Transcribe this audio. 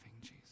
Jesus